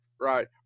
right